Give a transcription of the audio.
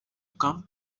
come